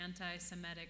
anti-Semitic